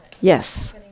Yes